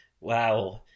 Wow